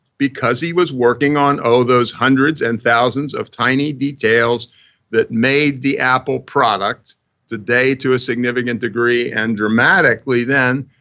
because he was working on oh, those hundreds and thousands of tiny details that made the apple product today to a significant degree. and dramatically then,